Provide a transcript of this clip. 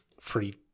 free